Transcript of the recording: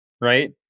right